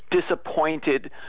disappointed